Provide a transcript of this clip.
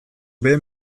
behe